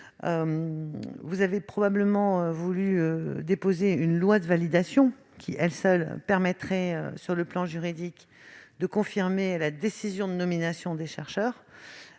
Vous avez probablement voulu déposer une loi de validation, qui seule permettrait sur le plan juridique de confirmer la décision de nomination des chercheurs.